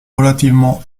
relativement